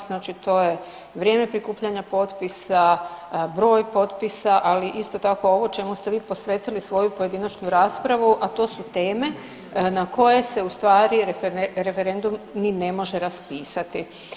Znači to je vrijeme prikupljanja potpisa, broj potpisa, ali isto tako ovo čemu ste vi posvetili svoju pojedinačnu raspravu, a to su teme na koje se u stvari referendum ni ne može raspisati.